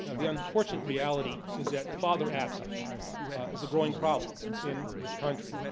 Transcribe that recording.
ah the unfortunate reality is that father absence is a growing problem in this country,